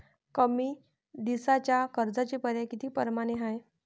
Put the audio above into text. कमी दिसाच्या कर्जाचे पर्याय किती परमाने हाय?